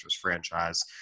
franchise